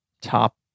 top